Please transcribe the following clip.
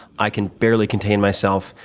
i can barely contain myself.